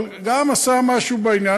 אבל גם עשה משהו בעניין,